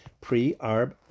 Pre-Arb